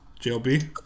JLB